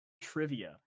trivia